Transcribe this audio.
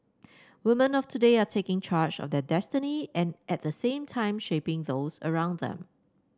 woman of today are taking charge of their destiny and at the same time shaping those around them